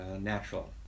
natural